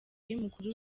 y’umukuru